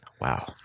Wow